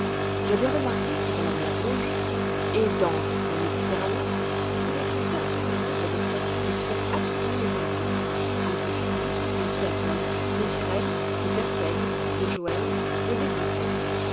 j'avais remarqué que dans la mer rouge et dans la méditerranée il existait un certain nombre de poissons d'espèces absolument identiques des ophidies des fiatoles des girelles des persègues des joels des